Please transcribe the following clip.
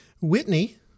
whitney